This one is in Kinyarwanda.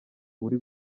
uri